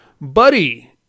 buddy